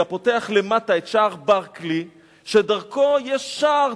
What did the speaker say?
אלא פותח למטה את שער ברקלי שדרכו יש שער